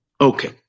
okay